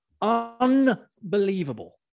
unbelievable